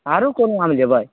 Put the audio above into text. आरो कोनो आम लेबै